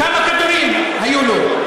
כמה כדורים היו לו?